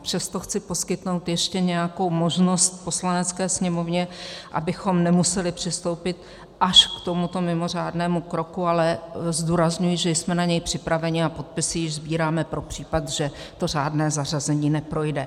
Přesto chci poskytnout ještě nějakou možnost Poslanecké sněmovně, abychom nemuseli přistoupit až k tomuto mimořádnému kroku, ale zdůrazňuji, že jsme na něj připraveni a podpisy již sbíráme pro případ, že to řádné zařazení neprojde.